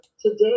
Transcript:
today